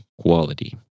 Quality